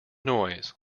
noise